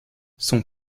son